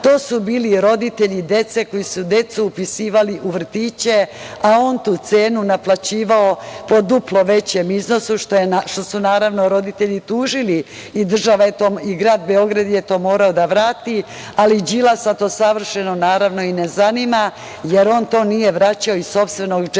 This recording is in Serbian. to su bili roditelji dece koji su decu upisivali u vrtiće, a on tu cenu naplaćivao po duplo većem iznosu, naravno roditelji su to tužili, i država, grad Beograd je to morao da vrati, ali Đilasa to savršeno ne zanima, jer on to nije vraćao iz sopstvenog džepa. Dragan